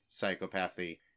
psychopathy